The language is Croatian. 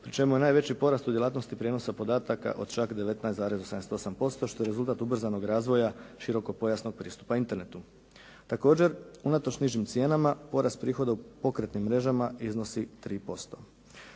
pri čemu je najveći porast u djelatnosti prijenosa podataka od čak 19,88% što je rezultat ubrzanog razvoja širokopojasnog pristupa internetu. Također unatoč nižim cijenama porast prihoda u pokretnim mrežama iznosi 3%.